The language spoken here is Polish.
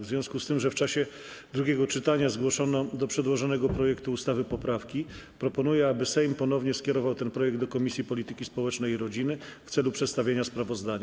W związku z tym, że w czasie drugiego czytania zgłoszono do przedłożonego projektu ustawy poprawki, proponuję, aby Sejm ponownie skierował ten projekt do Komisji Polityki Społecznej i Rodziny w celu przedstawienia sprawozdania.